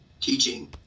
teaching